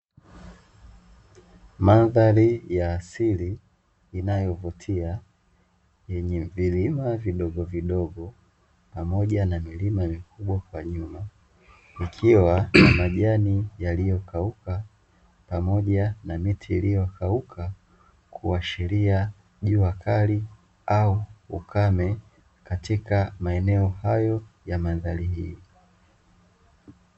Mandhari ya asili inayovutia yenye vilima vidogovidogo pamoja na milima mikubwa kwa nyuma, ikiwa na majani yaliyokauka pamoja na miti iliyokauka kuashiria jua kali au ukame katika maeneo hayo ya mandhari hii.